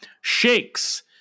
Shakes